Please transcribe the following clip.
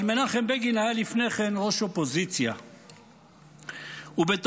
אבל מנחם בגין היה ראש אופוזיציה לפני כן,